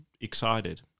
excited